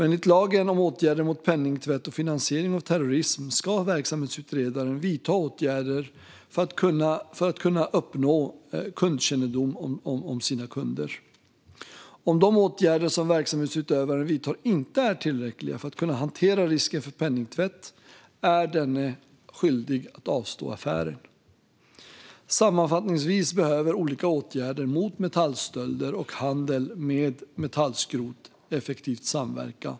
Enligt lagen om åtgärder mot penningtvätt och finansiering av terrorism ska verksamhetsutövaren vidta åtgärder för att uppnå kundkännedom om sina kunder. Om de åtgärder som verksamhetsutövaren vidtar inte är tillräckliga för att kunna hantera risken för penningtvätt är denne skyldig att avstå affären. Sammanfattningsvis behöver olika åtgärder mot metallstölder och handel med metallskrot effektivt samverka.